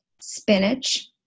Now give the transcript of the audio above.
spinach